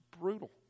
brutal